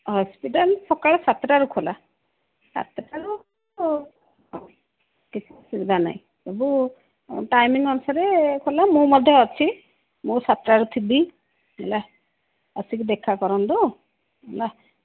hospital ସକାଳ ସାତଟାରୁ ଖୋଲା ସାତଟାରୁ କିଛି ସୁବିଧା ନାହିଁ ସବୁ ଟାଇମିଂ ଅନୁସାରେ ଖୋଲା ମୁଁ ମଧ୍ୟ ଅଛି ମୁଁ ସାତଟାରେ ଥିବି ହେଲା ଆସିକି ଦେଖା କରନ୍ତୁ ହେଲା